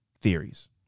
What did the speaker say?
theories